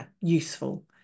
useful